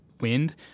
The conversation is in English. wind